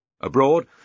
Abroad